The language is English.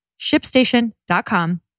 ShipStation.com